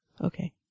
Okay